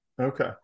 Okay